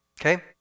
okay